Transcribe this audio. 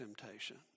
temptation